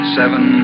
seven